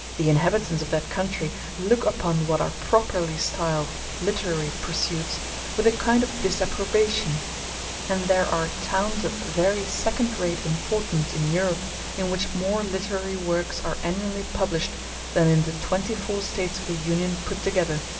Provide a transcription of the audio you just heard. the inhabitants of that country look upon what are properly styled literary pursuits with a kind of disapprobation and there are towns of very second-rate importance in europe in which more literary works are annually published than in the twenty-four states of the union put together.